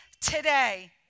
today